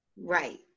Right